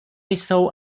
jsou